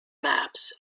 maps